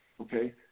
okay